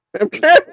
Okay